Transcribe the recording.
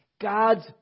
God's